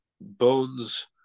Bones